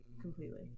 completely